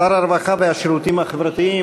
שר הרווחה והשירותים החברתיים,